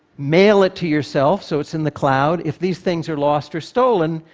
mail it to yourself so it's in the cloud. if these things are lost or stolen,